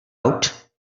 out